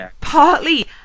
partly